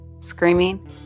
screaming